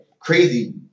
crazy